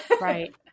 Right